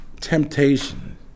Temptation